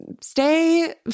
stay